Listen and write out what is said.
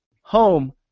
Home